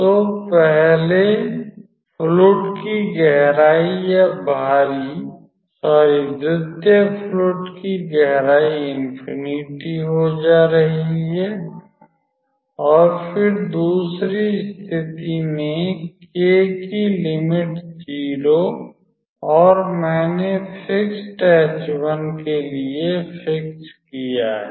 तो पहले फ्लुइड की गहराई या भारी सॉरी द्वितीय फ्लुइड की गहराई इनफीनिटी हो जा रही है और फिर दूसरी स्थिति में k की लिमिट 0 और मैने फ़िक्स्ड h1 के लिए फिक्स किया है